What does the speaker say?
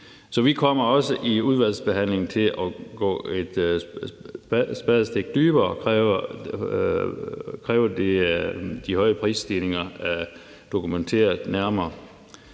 Så vi kommer også i udvalgsbehandlingen til at gå et spadestik dybere og kræve de høje prisstigninger dokumenteret nærmere.